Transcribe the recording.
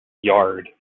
yard